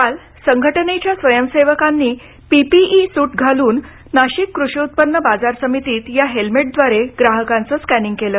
काल संघटनेच्या स्वयंसेवकांनी पीपीई सूट घालून नाशिक कृषी उत्पन्न बाजार समितीत या हेल्मेटद्वारे ग्राहकांचं स्कॅनिंग केलं